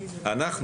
אנחנו,